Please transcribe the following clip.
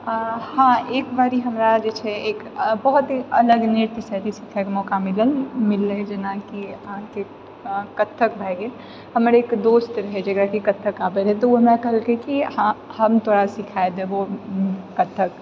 हँ एक बारि हमरा जे छै एक बहुत ही अलग नृत्य सिखएके मौका मिलल मिललए जेनाकि अहाँकेँ कथक भए गेल हमर एक दोस्त रहए जकराकि कथक आबैत रहए तऽ ओ हमरा कहलकै कि हँ हम तोरा सिखाए देबहुँ कथक